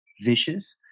vicious